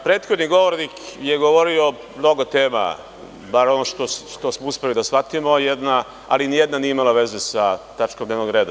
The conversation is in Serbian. Prethodni govornik je govorio o mnogo tema, barem ono što smo uspeli da shvatimo, ali nijedna nije imala veze sa tačkom dnevnog reda.